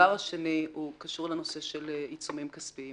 הדבר השני קשור לנושא של עיצומים כספיים.